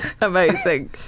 Amazing